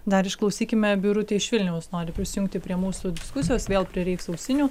dar išklausykime birutė iš vilniaus nori prisijungti prie mūsų diskusijos vėl prireiks ausinių